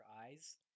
eyes